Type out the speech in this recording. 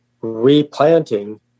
replanting